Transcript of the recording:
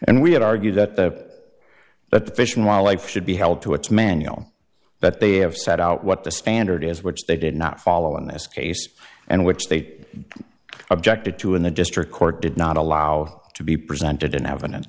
and we have argued that that the fish and wildlife should be held to its manual that they have set out what the standard is which they did not follow in this case and which they objected to in the district court did not allow to be presented in evidence